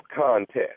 contest